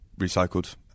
recycled